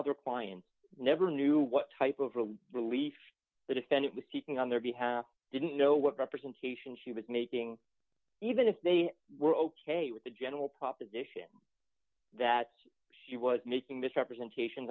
other clients never knew what type of real relief the defendant was seeking on their behalf didn't know what representations she was making even if they were ok with the general proposition that she was missing misrepresentation